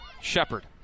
Shepard